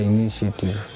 Initiative